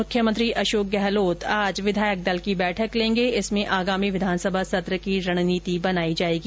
मुख्यमंत्री अशोक गहलोत आज विधायक दल की बैठक लेंगे जिसमें आगामी विधानसभा सत्र की रणनीति बनाई जाएगी